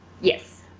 Yes